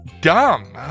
Dumb